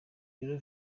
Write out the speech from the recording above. rero